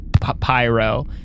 Pyro